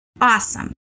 Awesome